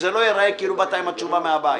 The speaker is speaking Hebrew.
שזה לא ייראה שבאת עם התשובה מהבית,